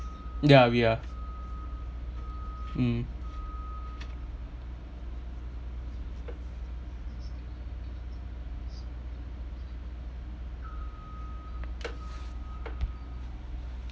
ya we are mm